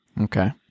Okay